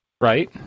right